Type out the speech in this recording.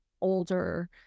older